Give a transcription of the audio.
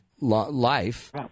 life